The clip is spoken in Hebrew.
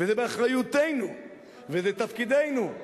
וזה באחריותנו וזה תפקידנו.